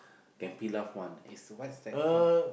can peel off [one] is what's that called